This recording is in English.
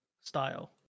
style